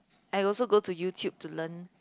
I also go to YouTube to learn